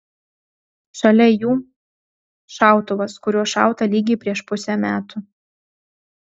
šalia jų šautuvas kuriuo šauta lygiai prieš pusę metų